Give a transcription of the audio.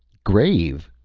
grave!